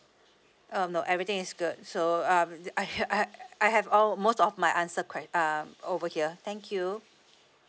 um no everything is good so um I ha~ I I have all most of my answer que~ um over here thank you